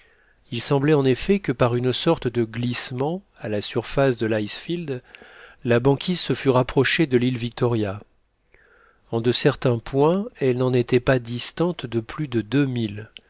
il semblait en effet que par une sorte de glissement à la surface de l'icefield la banquise se fût rapprochée de l'île victoria en de certains points elle n'en était pas distante de plus de